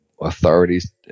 authorities